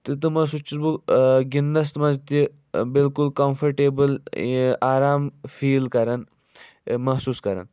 تہٕ تِمو سۭتۍ چھُس بہٕ گِنٛدنَس منٛز تہِ بِلکُل کَمفٲٹیبٕل یہِ آرام فیٖل کَران محسوٗس کَران